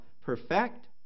perfect